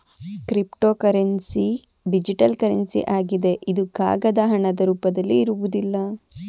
cryptocurrency digital currency ಆಗಿದೆ ಇದು ಕಾಗದ ಹಣದ ರೂಪದಲ್ಲಿ ಇರುವುದಿಲ್ಲ